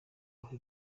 aho